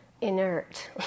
inert